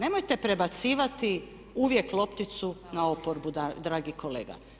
Nemojte prebacivati uvijek lopticu na oporbu dragi kolega.